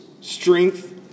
strength